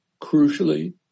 Crucially